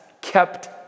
Kept